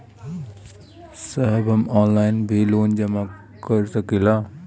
साहब हम ऑनलाइन भी लोन जमा कर सकीला?